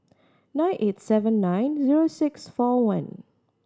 nine eight seven nine zero six four one